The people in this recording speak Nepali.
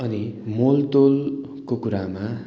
अनि मोलतोलको कुरामा